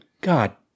god